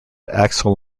axle